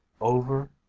over